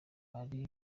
ari